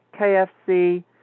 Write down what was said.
KFC